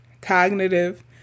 cognitive